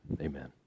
Amen